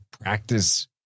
practice